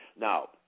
Now